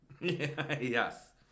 Yes